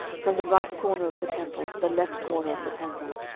from the right corner of the temple to the left corner of the temple,